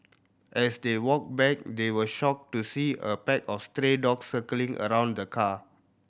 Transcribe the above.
as they walked back they were shocked to see a pack of stray dogs circling around the car